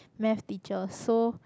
maths teacher so